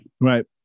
Right